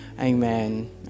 amen